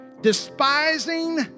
despising